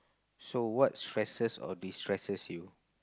so what stresses or destresses you